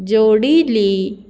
जोडिल्ली